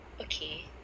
okay